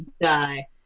die